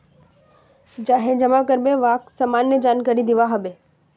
जाहें जमा कारबे वाक सामान्य जानकारी दिबा हबे